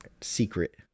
secret